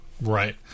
right